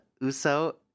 Uso